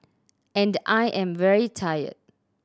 and I am very tired